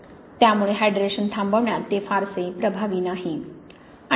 त्यामुळे हायड्रेशन थांबवण्यात ते फारसे प्रभावी नाही